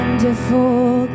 Wonderful